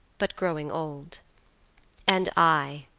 but growing old and i,